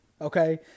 okay